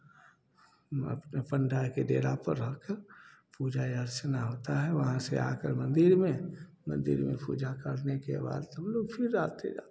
अपने पंडाए के डेरा पर रह कर पूजा यरचना होता है वहाँ से आकर मंदिर में मंदिर में पूजा करने के बाद हम लोग फिर आते जाते रहते हैं